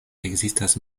ekzistas